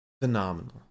phenomenal